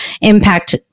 impact